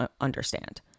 understand